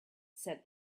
said